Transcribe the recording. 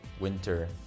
winter